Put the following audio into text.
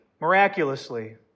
miraculously